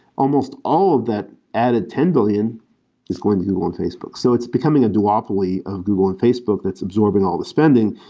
almost all of that added ten billion is going to google and facebook. so it's becoming a duopoly of google and facebook that's absorbing all the spending,